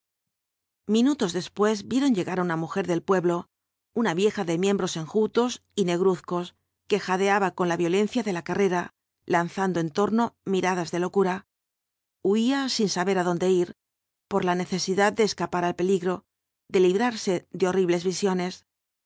minutos después vieron llegar á una mujer del pueblo una vieja de miembros enjutos y negruzcos que jadeaba con la violencia de la carrera lanzando en torno miradas de locura huía sin saber adonde ir por la v bljisuo ibáñaz necesidad de escapar al peligro de librarse de horribles visiones